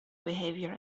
behavior